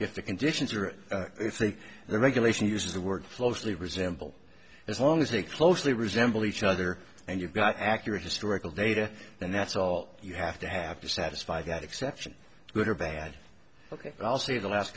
if the conditions are think the regulation uses the workflow slee resemble as long as they closely resemble each other and you've got accurate historical data and that's all you have to have to satisfy that exception good or bad ok i'll see the last